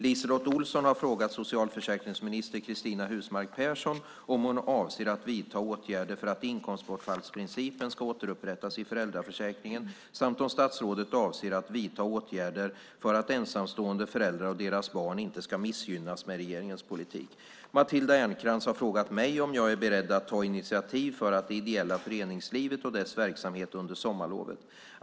LiseLotte Olsson har frågat socialförsäkringsminister Cristina Husmark Pehrsson om hon avser att vidta åtgärder för att inkomstbortfallsprincipen ska återupprättas i föräldraförsäkringen samt om statsrådet avser att vidta åtgärder för att ensamstående föräldrar och deras barn inte ska missgynnas med regeringens politik. Matilda Ernkrans har frågat mig om jag är beredd att ta initiativ för det ideella föreningslivet och dess verksamhet under sommarlovet.